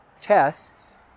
tests